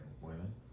Women